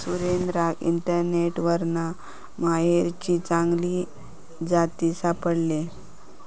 सुरेंद्राक इंटरनेटवरना मोहरीचे चांगले जाती सापडले